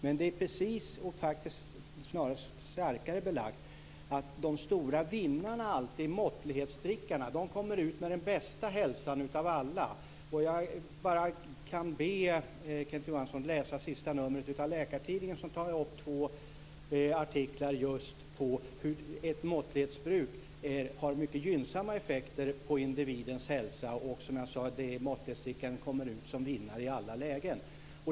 Men det är snarare starkare belagt att de stora vinnarna alltid är måttlighetsdrickarna. De visar sig ha den bästa hälsan av alla. Jag kan be Kenneth Johansson att läsa senaste numret av Läkartidningen, som innehåller två artiklar just om hur ett måttlighetsbruk har mycket gynnsamma effekter på individens hälsa och att måttlighetsdrickarna, som jag sade, visar sig vara vinnare i alla lägen.